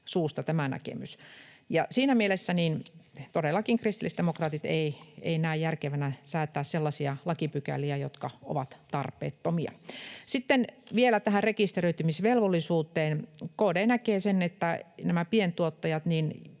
suusta. Siinä mielessä kristillisdemokraatit eivät todellakaan näe järkevänä säätää sellaisia lakipykäliä, jotka ovat tarpeettomia. Sitten vielä tähän rekisteröitymisvelvollisuuteen. KD näkee, että jos nämä pientuottajat